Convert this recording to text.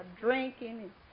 drinking